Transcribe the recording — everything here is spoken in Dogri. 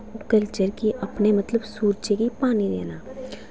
कल्चर गी मतलब कि सूरज गी पानी देना